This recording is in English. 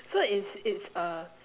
so it's it's uh